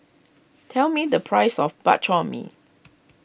tell me the price of Bak Chor Mee